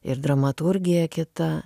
ir dramaturgija kita